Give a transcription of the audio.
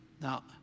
Now